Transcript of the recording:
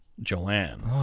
Joanne